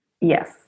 Yes